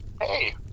Hey